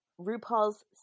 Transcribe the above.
RuPaul's